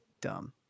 Dumb